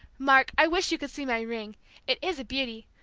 mark, i wish you could see my ring it is a beauty,